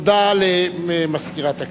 תודה למזכירת הכנסת.